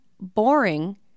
boring